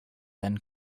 then